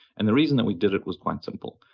and the reason that we did it was quite simple.